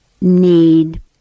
need